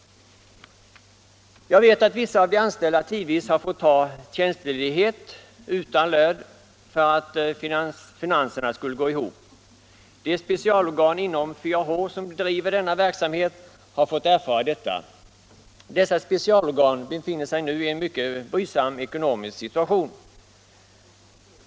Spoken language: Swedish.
Jag vet att vissa av de anställda tidvis har fått ta tjänstledighet utan lön för att finanserna skulle gå ihop. De specialorgan inom 4 H som driver denna verksamhet har fått erfara detta. Dessa specialorgan befinner sig nu i en mycket brydsam ekonomisk situation.